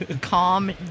Calm